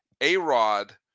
A-Rod